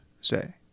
say